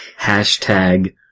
hashtag